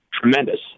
tremendous